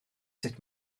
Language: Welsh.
sut